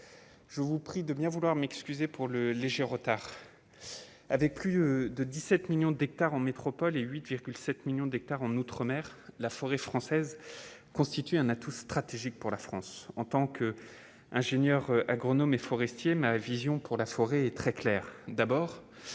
je vous prie de bien vouloir m'excuser pour le léger retard avec plus de 17 millions d'hectares en métropole et 8,7 millions d'hectares en Outre-mer, la forêt française constitue un atout stratégique pour la France en tant qu'ingénieurs agronomes et forestiers ma vision pour la forêt est très clair